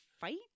fight